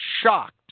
shocked